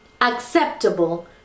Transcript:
acceptable